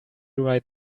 right